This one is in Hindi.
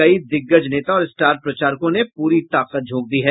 कई दिग्गज नेता और स्टार प्रचारकों ने पूरी ताकत झोंक दी है